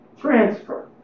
Transfer